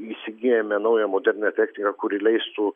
įsigyjame naują modernią techniką kuri leistų